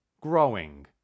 growing